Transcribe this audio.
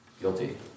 Guilty